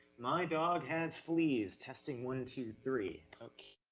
my dog has fleas! testing one, two, three. ok,